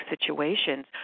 situations